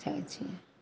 जाइ छिए